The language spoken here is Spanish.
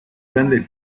grandes